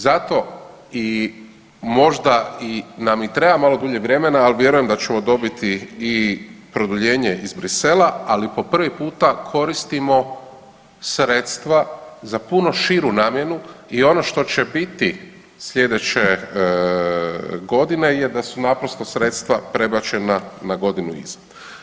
Zato i možda i nam i treba malo dulje vremena, al vjerujem da ćemo dobiti i produljenje iz Brisela, ali po prvi puta koristimo sredstva za puno širu namjenu i ono što će biti slijedeće godine je da su naprosto sredstva prebačena na godinu iza.